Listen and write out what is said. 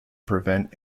prevent